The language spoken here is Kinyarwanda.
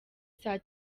saa